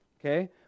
Okay